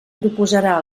proposarà